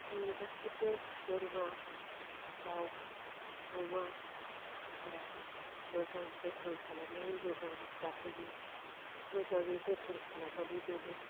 आंनि गासिबो बोरमा दाउ अमा आदार मोजां जोथोन खालामनानै मोजां जाहोयो मोजाङै जोथोन खालामनानै दोनो